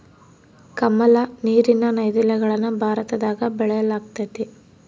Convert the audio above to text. ಕಮಲ, ನೀರಿನ ನೈದಿಲೆಗಳನ್ನ ಭಾರತದಗ ಬೆಳೆಯಲ್ಗತತೆ